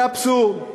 זה אבסורד,